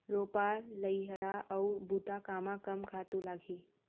रोपा, लइहरा अऊ बुता कामा कम खातू लागही?